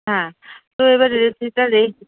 হ্যাঁ তো এবারে এলজিটার রেঞ্জ